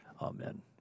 Amen